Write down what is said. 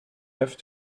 have